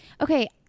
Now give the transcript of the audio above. Okay